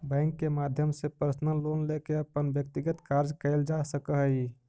bank के माध्यम से पर्सनल लोन लेके अपन व्यक्तिगत कार्य कैल जा सकऽ हइ